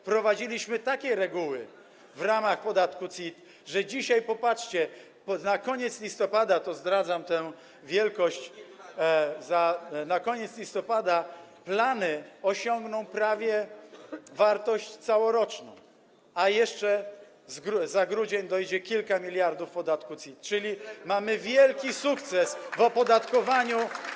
Wprowadziliśmy takie reguły w ramach podatku CIT, że dzisiaj, popatrzcie, na koniec listopada - zdradzam tę wielkość - plany osiągną prawie wartość całoroczną, a jeszcze za grudzień dojdzie kilka miliardów z podatku CIT, czyli mamy wielki sukces w opodatkowaniu.